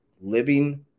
living